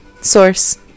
source